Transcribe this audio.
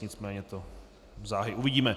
Nicméně to záhy uvidíme.